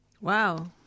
Wow